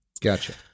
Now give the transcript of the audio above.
Gotcha